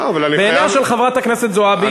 בעיניה של חברת הכנסת זועבי,